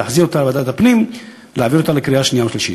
להחזיר אותה לוועדת הפנים ולהעביר אותה לקריאה שנייה ושלישית.